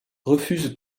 refuse